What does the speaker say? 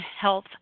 health